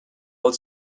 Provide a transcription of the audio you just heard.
old